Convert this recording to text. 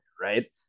right